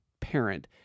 parent